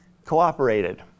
cooperated